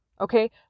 Okay